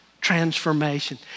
transformation